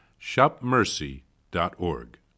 shopmercy.org